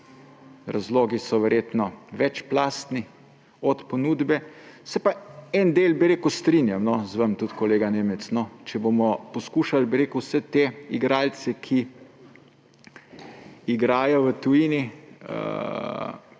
razlogi so verjetno večplastni od ponudbe. Se pa v enem delu strinjam z vami, kolega Nemec. Če bomo poskušali vse te igralce, ki igrajo v tujini,